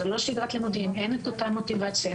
זו לא שגרת לימודים אין את אותה מוטיבציה.